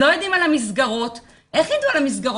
לא יודעים על המסגרות כי איך ידעו על המסגרות?